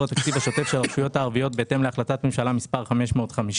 התקציב השוטף של הרשויות הערביות בהתאם להחלטת ממשלה מספר 550,